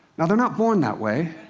now, they're not born that way,